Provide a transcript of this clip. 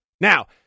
Now